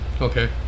Okay